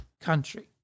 country